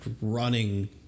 running